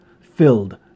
filled